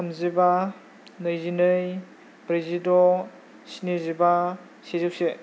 थामजिबा नैजिनै ब्रैजिद' स्निजिबा सेजौसे